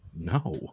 No